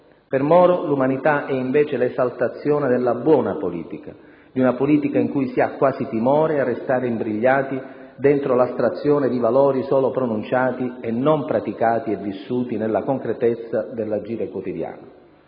Per Moro l'umanità è invece l'esaltazione della buona politica, di una politica in cui si ha quasi timore a restare imbrigliati dentro l'astrazione di valori solo pronunciati e non praticati e vissuti nella concretezza dell'agire quotidiano.